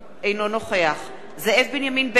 אינו נוכח זאב בנימין בגין,